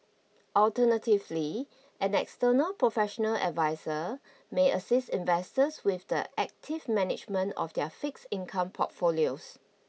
alternatively an external professional adviser may assist investors with the active management of their fixed income portfolios